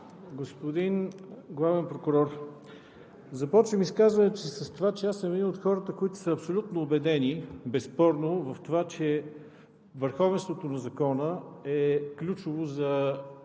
Господин Главен прокурор, започвам изказването си с това, че аз съм един от хората, които са абсолютно убедени в това, че върховенството на закона е ключово за